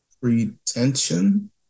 pretension